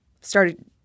started